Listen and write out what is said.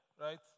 right